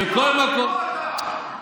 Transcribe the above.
בכל מקום,